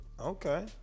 okay